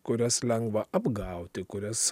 kurias lengva apgauti kurias